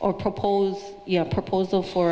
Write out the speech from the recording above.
or proposed proposal for